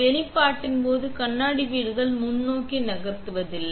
வெளிப்பாட்டின் போது கண்ணாடி வீடுகள் முன்னோக்கி நகர்த்துவதில்லை